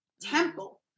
temple